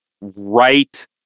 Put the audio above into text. Right